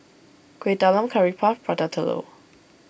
Kueh Talam Curry Puff Prata Telur